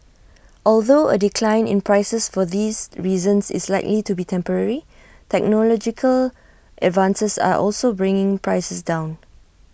although A decline in prices for these reasons is likely to be temporary technological advances are also bringing prices down